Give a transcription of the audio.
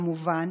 כמובן,